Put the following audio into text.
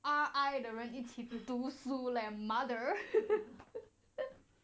R_I 的人一起读书 leh mother